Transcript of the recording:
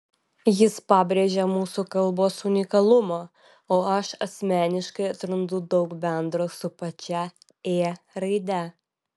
jis pabrėžia mūsų kalbos unikalumą o aš asmeniškai atrandu daug bendro su pačia ė raide